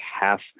half